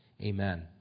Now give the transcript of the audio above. Amen